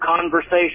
conversation